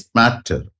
matter